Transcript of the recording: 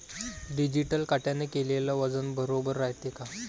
Digital काट्याने केलेल वजन बरोबर रायते का?